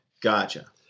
gotcha